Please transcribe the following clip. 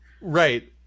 Right